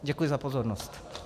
Děkuji za pozornost.